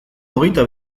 hogeita